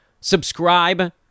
subscribe